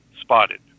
spotted